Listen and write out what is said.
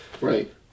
right